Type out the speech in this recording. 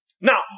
Now